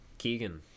keegan